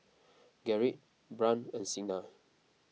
Gerrit Brant and Signa